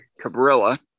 cabrilla